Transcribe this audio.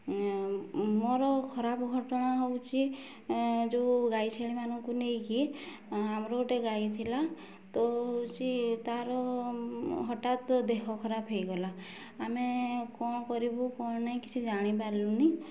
ମୋର ଖରାପ ଘଟଣା ହେଉଛି ଯେଉଁ ଗାଈ ଛେଳିମାନଙ୍କୁ ନେଇକି ଆମର ଗୋଟେ ଗାଈ ଥିଲା ତ ହେଉଛି ତାର ହଠାତ୍ ଦେହ ଖରାପ ହେଇଗଲା ଆମେ କ'ଣ କରିବୁ କ'ଣ ନାହିଁ କିଛି ଜାଣିପାରିଲୁନି